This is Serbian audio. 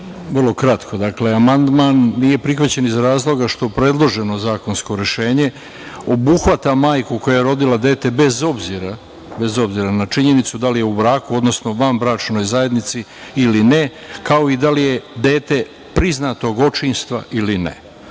vrlo kratko. Dakle, amandman nije prihvaćen iz razloga što predloženo zakonsko rešenje obuhvata majku koja je rodila dete, bez obzira na činjenicu da li je u braku, odnosno vanbračnoj zajednici ili ne, kao i da li je dete priznatog očinstva ili